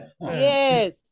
Yes